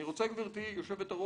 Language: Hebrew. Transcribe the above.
אני רוצה, גבירתי היושבת-ראש,